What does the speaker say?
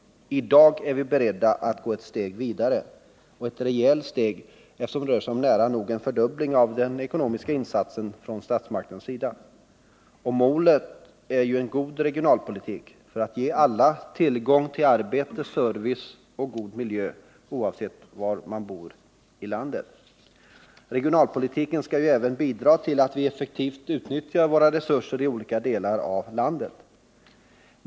I dag är vi beredda att gå ett steg vidare. Det är ett rejält steg, eftersom det rör sig om nära nog en fördubbling av den ekonomiska insatsen från statsmakternas sida. Och målet med en god regionalpolitik är ju att ge alla tillgång till arbete, service och bra miljö, oavsett var man bor i landet. Regionalpolitiken skall även bidra till att vi effektivt utnyttjar våra resurser i olika delar av landet.